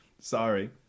sorry